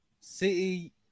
City